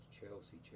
Chelsea